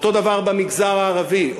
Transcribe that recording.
אותו דבר במגזר הערבי,